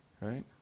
right